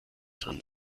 drin